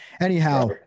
anyhow